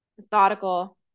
methodical